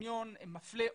שהטכניון מפלה עולים,